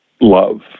love